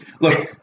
look